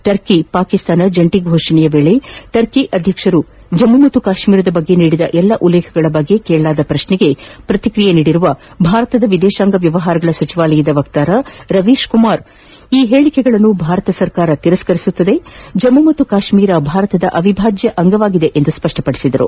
Turkey Pakistan ಜಂಟ ಫೋಷಣೆಯ ವೇಳೆ ಟರ್ಕಿಯ ಅಧ್ಯಕ್ಷರು ಜಮ್ನು ಮತ್ತು ಕಾತ್ತೀರದ ಬಗ್ಗೆ ನೀಡಿರುವ ಎಲ್ಲ ಉಲ್ಲೇಖಗಳ ಬಗ್ಗೆ ಕೇಳಲಾದ ಪ್ರಶ್ನೆಗೆ ಪ್ರಕ್ರಿಯೆ ನೀಡಿದ ಭಾರತದ ವಿದೇಶಾಂಗ ವ್ಯವಹಾರಗಳ ಸಚಿವಾಲಯದ ವಕ್ತಾರ ರವೀಶ್ ಕುಮಾರ್ ಈ ಹೇಳಿಕೆಗಳನ್ನು ಭಾರತ ತಿರಸ್ತರಿಸುತ್ತದೆ ಜಮ್ನು ಮತ್ತು ಕಾಶ್ನೀರ ಭಾರತದ ಅವಿಭಾಜ್ಯ ಅಂಗವಾಗಿದೆ ಎಂದು ತಿಳಿಸಿದ್ದಾರೆ